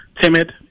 timid